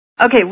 Okay